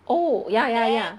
oh ya ya ya